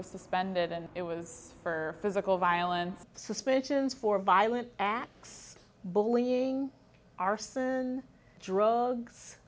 was suspended and it was for physical violence suspicions for violent acts bullying arson drugs